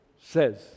says